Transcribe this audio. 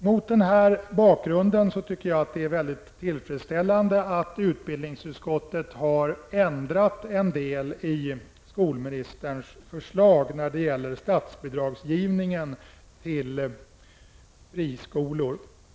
Mot den här bakgrunden tycker jag att det är mycket tillfredsställande att utbildningsutskottet har ändrat en del i skolministerns förslag när det gäller statsbidrag till friskolor.